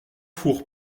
four